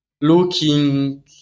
looking